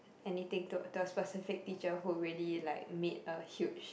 anything to to a specific teacher who really like make a huge